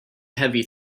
heavy